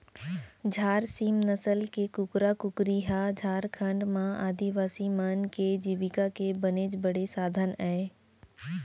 झार सीम नसल के कुकरा कुकरी ह झारखंड म आदिवासी मन के जीविका के बनेच बड़े साधन अय